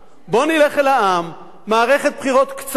בואו נלך אל העם, מערכת בחירות קצרה,